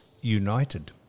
united